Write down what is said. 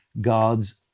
God's